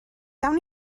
gawn